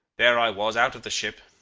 there i was, out of the ship.